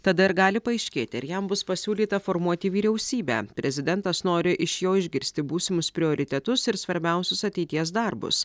tada ir gali paaiškėti ar jam bus pasiūlyta formuoti vyriausybę prezidentas nori iš jo išgirsti būsimus prioritetus ir svarbiausius ateities darbus